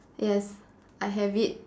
yes I have it